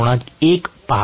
1 पाहत आहे